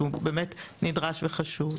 שהוא באמת נדרש וחשוב.